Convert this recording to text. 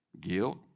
Guilt